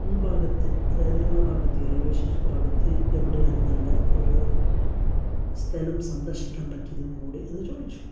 ഈ ഭാഗത്ത് അതായത് ഞങ്ങളെ ഭാഗത്ത് ഈ റെയിൽവേ സ്റ്റേഷൻ ഭാഗത്ത് എവിടെയാണ് നല്ല ഒരു സ്ഥലം സന്ദർശിക്കാൻ പറ്റിയതെന്ന് കൂടെ എന്ന് ചോദിച്ചു